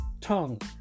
tongue